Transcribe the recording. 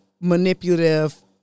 manipulative